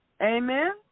Amen